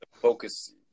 focus